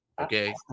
Okay